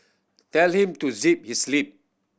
tell him to zip his lip